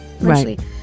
right